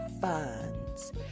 funds